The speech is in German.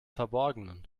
verborgenen